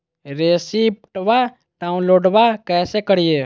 रेसिप्टबा डाउनलोडबा कैसे करिए?